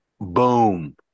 Boom